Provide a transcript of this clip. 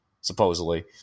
supposedly –